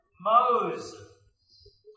Moses